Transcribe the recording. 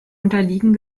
unterliegen